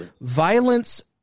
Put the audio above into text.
violence